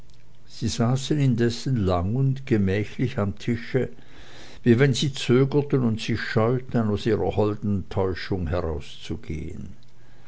sie saßen indessen lang und gemächlich am tische wie wenn sie zögerten und sich scheuten aus der holden täuschung herauszugehen